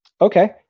Okay